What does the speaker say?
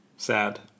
Sad